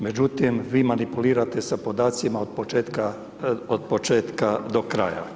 Međutim, vi manipulirate sa podacima od početka do kraja.